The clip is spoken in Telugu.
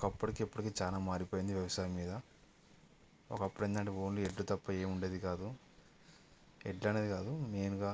ఒకప్పటికీ ఇప్పటికిీ చాలా మారిపోయింది వ్యవసాయం మీద ఒకప్పుడు ఏమిటి అంటే ఓన్లీ ఎడ్లు తప్ప ఏమీ ఉండేది కాదు ఎడ్లు అనేది కాదు మెయిన్గా